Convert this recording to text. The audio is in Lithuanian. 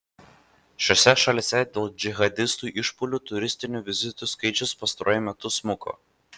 šiose šalyse dėl džihadistų išpuolių turistinių vizitų skaičius pastaruoju metu smuko